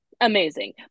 amazing